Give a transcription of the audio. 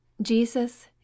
Jesus